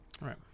Right